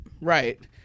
Right